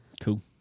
cool